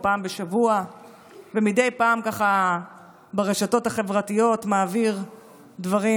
או פעם בשבוע ומדי פעם ברשתות החברתיות מעביר דברים,